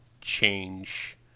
change